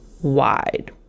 wide